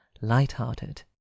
light-hearted